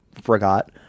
forgot